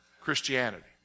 Christianity